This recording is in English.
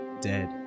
dead